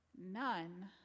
none